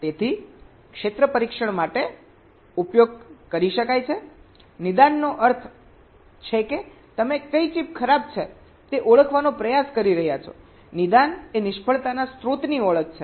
તેથી ક્ષેત્ર પરીક્ષણ માટે ઉપયોગ કરી શકાય છે નિદાનનો અર્થ છે કે તમે કઈ ચિપ ખરાબ છે તે ઓળખવાનો પ્રયાસ કરી રહ્યા છો નિદાન એ નિષ્ફળતાના સ્ત્રોતની ઓળખ છે